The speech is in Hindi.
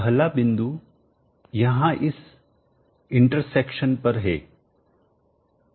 पहला बिंदु यहां इस इंटरसेक्शन प्रतिच्छेदन पर है